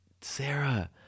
Sarah